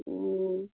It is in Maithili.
हम्म